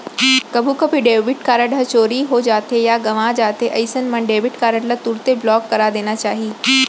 कभू कभू debit card ह चोरी हो जाथे या गवॉं जाथे अइसन मन डेबिट कारड ल तुरते ब्लॉक करा देना चाही